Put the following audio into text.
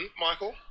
michael